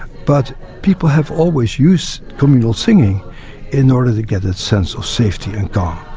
but people have always used communal singing in order to get a sense of safety and calm.